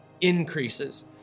increases